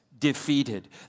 defeated